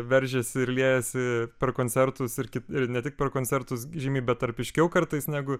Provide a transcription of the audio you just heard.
veržiasi ir liejasi per koncertus ir kit ir ne tik per koncertus žymiai betarpiškiau kartais negu